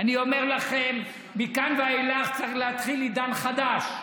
אני אומר לכם, מכאן ואילך צריך להתחיל עידן חדש.